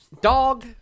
dog